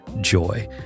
joy